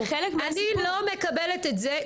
אני לא מקבלת את זה,